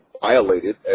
violated